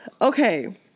Okay